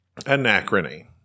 Anachrony